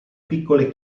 piccole